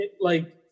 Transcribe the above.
like-